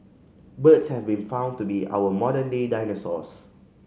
birds have been found to be our modern day dinosaurs